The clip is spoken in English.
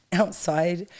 outside